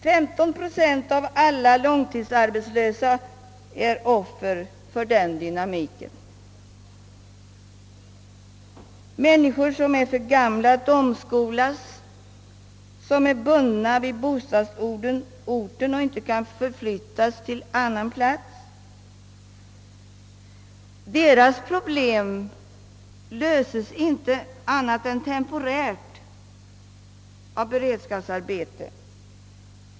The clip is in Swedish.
15 procent av alla långtidsarbetslösa är offer för den dynamiken. Människor som är för gamla att omskolas, som är bundna vid bostadsorten och inte kan förflyttas till annan plats — deras problem löses inte annat än temporärt av beredskapsarbete.